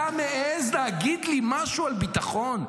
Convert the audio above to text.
אתה מעז להגיד לי משהו על ביטחון?